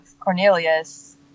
Cornelius